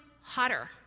hotter